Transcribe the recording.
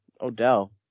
Odell